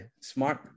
Smart